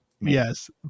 Yes